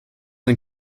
ein